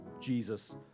Jesus